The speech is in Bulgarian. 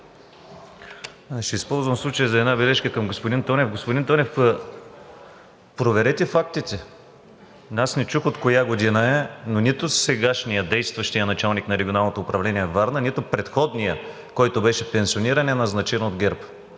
Ще използвам случая за една бележка към господин Тонев. Господин Тонев, проверете фактите. Аз не чух от коя година е, но нито сегашният действащ началник на Регионалното управление – Варна, нито предходният, който беше пенсиониран, е назначен от ГЕРБ.